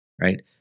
right